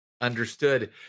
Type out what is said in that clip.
understood